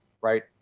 right